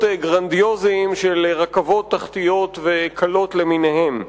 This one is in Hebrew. גרנדיוזיים של רכבות תחתיות וקלות למיניהן,